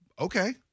okay